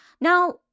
Now